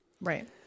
Right